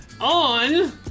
on